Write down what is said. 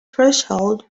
threshold